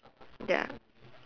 ya